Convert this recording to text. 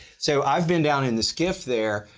so i've been down in the skiff there,